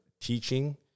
teaching